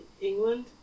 England